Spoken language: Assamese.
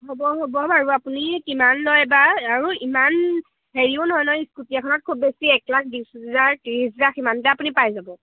হ'ব হ'ব বাৰু আপুনি কিমান লয় এইবাৰ আৰু ইমান হেৰিও নহয় নহয় ইস্কুটীয়াখনত খুব বেছি এক লাখ বিশ হোজাৰ ত্ৰিছ হাজাৰ সিমানতে আপুনি পাই যাব